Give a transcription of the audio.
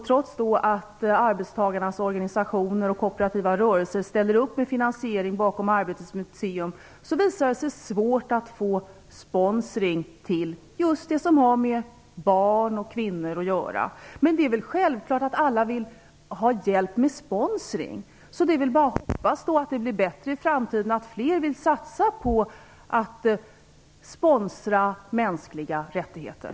Trots att arbetstagarnas organisationer och kooperativa rörelser ställer upp bakom Arbetets museum med finansiering visar det sig svårt att få sponsring till just det som har att göra med barn och kvinnor. Men det är väl självklart att alla vill ha hjälp med sponsring, så det är väl då bara att hoppas att det blir bättre i framtiden - att fler vill satsa på att sponsra mänskliga rättigheter.